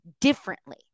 differently